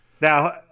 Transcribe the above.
Now